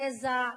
גזע,